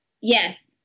Yes